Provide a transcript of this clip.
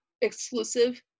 exclusive